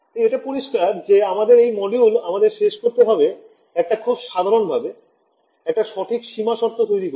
তাই এটা পরিস্কার যে আমাদের এই মডিউল আমাদের শেষ করতে হবে একটা খুব সাধারন ভাবে একটা সঠিক সীমা শর্ত তৈরি করে